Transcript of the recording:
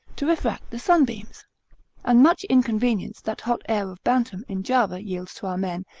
to refract the sunbeams and much inconvenience that hot air of bantam in java yields to our men,